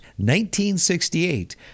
1968